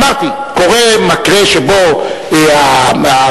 אמרתי, קורה מקרה שבו השוטרת,